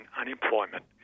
unemployment